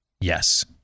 Yes